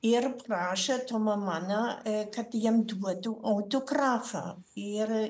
ir prašė tomą maną kad jiem duotų autografą ir